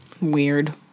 Weird